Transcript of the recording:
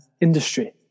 industry